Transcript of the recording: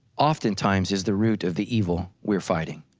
oftentimes is the root of the evil we're fighting.